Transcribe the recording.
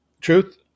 truth